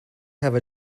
have